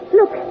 look